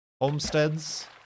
homesteads